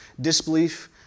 disbelief